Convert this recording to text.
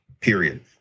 period